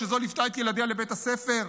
כשזו ליוותה את ילדיה לבית הספר,